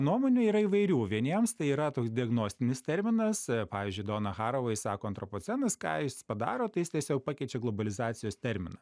nuomonių yra įvairių vieniems tai yra toks diagnostinis terminas pavyzdžiui donna haraway sako antropocenas ką jis padaro tai jis tiesiog pakeičia globalizacijos terminą